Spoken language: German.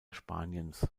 spaniens